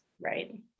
Right